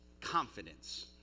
confidence